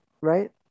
right